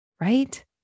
right